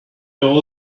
all